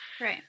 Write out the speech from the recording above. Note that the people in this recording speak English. Right